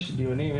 יש דיונים,